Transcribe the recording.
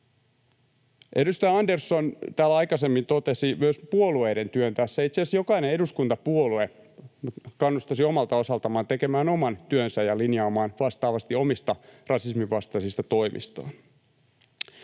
Edustaja Andersson täällä aikaisemmin totesi myös puolueiden työn tässä. Itse asiassa kannustaisin jokaista eduskuntapuoluetta omalta osaltaan tekemään oman työnsä ja linjaamaan vastaavasti omista rasismin vastaisista toimistaan.